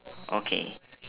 okay